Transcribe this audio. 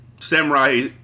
Samurai